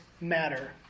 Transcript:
matter